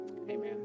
amen